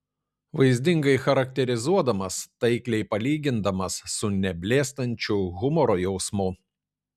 vaizdingai charakterizuodamas taikliai palygindamas su neblėstančiu humoro jausmu